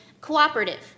cooperative